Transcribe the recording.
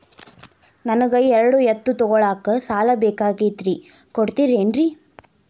ನನಗ ಎರಡು ಎತ್ತು ತಗೋಳಾಕ್ ಸಾಲಾ ಬೇಕಾಗೈತ್ರಿ ಕೊಡ್ತಿರೇನ್ರಿ?